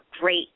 great